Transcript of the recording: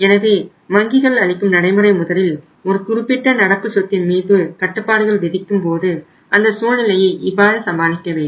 எனவே வங்கிகள் அளிக்கும் நடைமுறை முதலில் ஒரு குறிப்பிட்ட நடப்பு சொத்தின் மீது கட்டுப்பாடுகள் விதிக்கும் போது அந்த சூழ்நிலையை இவ்வாறு சமாளிக்க வேண்டும்